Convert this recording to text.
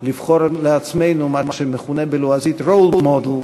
לבחור לעצמנו מה שמכונה בלועזית role model,